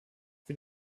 für